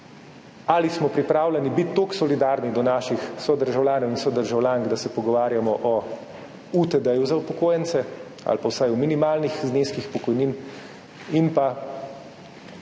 ali smo pripravljeni biti toliko solidarni do naših sodržavljanov in sodržavljank, da se pogovarjamo o UTD za upokojence ali pa vsaj o minimalnih zneskih pokojnin, in pa